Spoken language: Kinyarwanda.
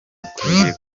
mukwiriye